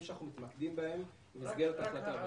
שאנחנו מתמקדים בהם במסגרת ההחלטה הזאת.